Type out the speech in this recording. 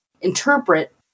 interpret